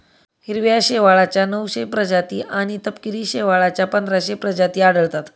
हिरव्या शेवाळाच्या नऊशे प्रजाती आणि तपकिरी शेवाळाच्या पंधराशे प्रजाती आढळतात